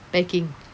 packing